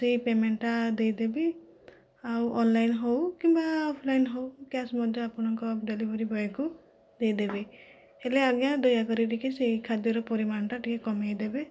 ସେହି ପେମେଣ୍ଟଟା ଦେଇ ଦେବି ଆଉ ଅନ୍ଲାଇନ ହେଉ କିମ୍ବା ଅଫ୍ଲାଇନ ହେଉ କ୍ୟାଶ ମଧ୍ୟ ଆପଣଙ୍କ ଡେଲିଭରି ବଏକୁ ଦେଇ ଦେବି ହେଲେ ଆଜ୍ଞା ଦୟାକରି ଟିକେ ସେହି ଖାଦ୍ୟର ପରିମାଣଟା ଟିକେ କମାଇ ଦେବେ